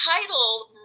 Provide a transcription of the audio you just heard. title